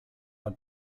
are